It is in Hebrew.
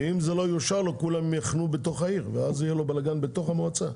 ואם זה לא יאושר לו כולם יחנו בתוך העיר ואז יהיה לו בלגן בתוך המועצה.